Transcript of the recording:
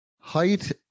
height